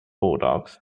bulldogs